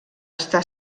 està